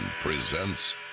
presents